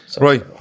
Right